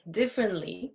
differently